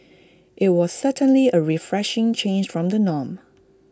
IT was certainly A refreshing change from the norm